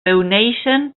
reuneixen